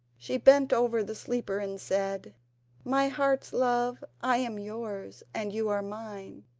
she bent over the sleeper and said my heart's love, i am yours and you are mine.